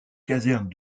caserne